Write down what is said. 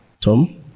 Tom